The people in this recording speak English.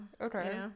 Okay